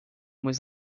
was